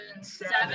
Seven